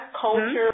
culture